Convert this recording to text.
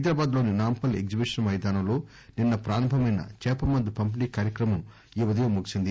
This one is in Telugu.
హైదరాబాద్ లోని నాంపల్లి ఎగ్టిబిషన్ మైదానంలో నిన్న ప్రారంభమైన చేప మందు పంపిణీ కార్యక్రమం ఈ ఉదయం ముగిసింది